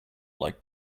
like